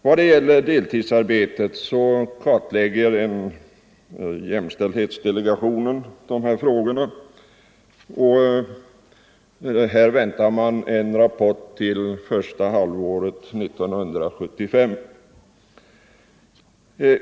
Frågorna om deltidsarbetet kartläggs av jämställdhetsdelegationen. En rapport väntas under första halvåret 1975.